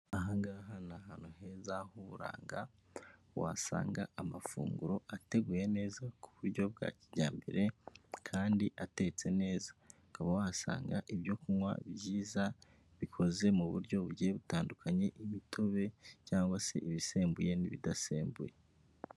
Aha ngaha ni ahantu heza h'uburanga wasanga amafunguro ateguye neza ku buryo bwa kijyambere, kandi atetse neza, ukaba wasanga ibyo kunywa byiza bikoze mu buryo bugiye butandukanye, imitobe cyangwa se ibisembuye n'ibidasembuye.